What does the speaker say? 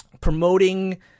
promoting